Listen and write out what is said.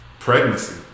Pregnancy